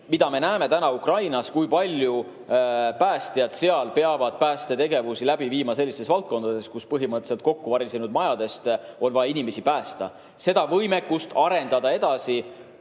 me näeme Ukrainas, kui palju päästjad seal peavad päästetegevusi läbi viima sellistes olukordades, kus põhimõtteliselt kokkuvarisenud majadest on vaja inimesi päästa. Seda võimekust on vaja arendada edasi,